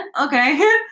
Okay